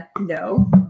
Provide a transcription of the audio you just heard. No